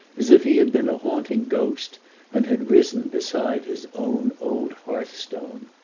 as if he had been a haunting ghost and had risen beside his own old hearthstone.